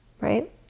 right